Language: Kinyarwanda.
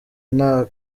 nta